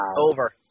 Over